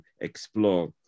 explore